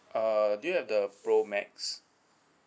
uh do you have the pro max